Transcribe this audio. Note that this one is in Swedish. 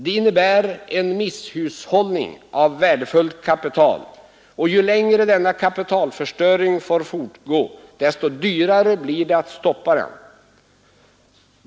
Det innebär en misshushållning med värdefullt kapital. Ju längre denna kapitalförstöring får fortgå desto dyrare blir det att stoppa den.